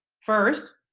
first,